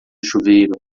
chuveiro